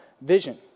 vision